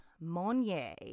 Monnier